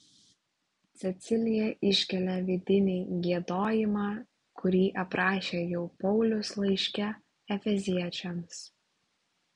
cecilija iškelia vidinį giedojimą kurį aprašė jau paulius laiške efeziečiams